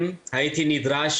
הישיבה נפתחה.